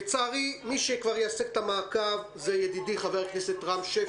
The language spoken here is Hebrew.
לצערי מי שיעשה כבר את המעקב הוא ידידי חבר הכנסת רם שפע.